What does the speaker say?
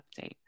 update